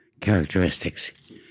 characteristics